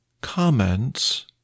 comments